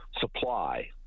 supply